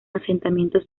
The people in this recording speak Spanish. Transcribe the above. asentamientos